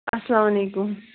اسلامُ علیکُم